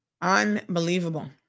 Unbelievable